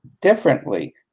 differently